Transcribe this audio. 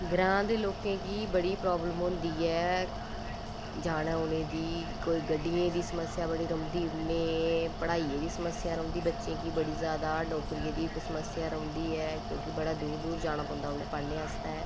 ग्रांऽ दे लोकें गी बड़ी प्राब्लम होंदी ऐ जाने औने दी कोई गड्डियें दी समस्या बड़ी रौंह्दी उनें पढ़ाइयै दी समस्या रौंह्दी बच्चें गी बड़ी ज्यादा नौकरियें दी समस्या रौंह्दी ऐ क्योंकि बड़ै दूर दूर जाना पौंदा उनें पढ़ने आस्तै